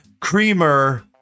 creamer